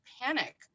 panic